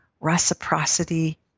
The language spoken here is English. reciprocity